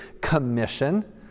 Commission